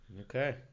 okay